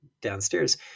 downstairs